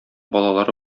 балалары